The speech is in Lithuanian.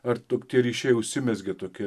ar tokie ryšiai užsimezgė tokie